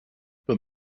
but